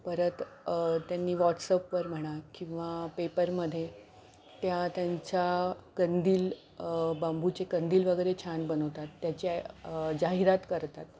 परत त्यांनी व्हॉटसअपवर म्हणा किंवा पेपरमध्ये त्या त्यांच्या कंदील बांबूचे कंदील वगैरे छान बनवतात त्याच्या जाहिरात करतात